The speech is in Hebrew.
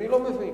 אני לא מבין.